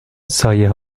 سایه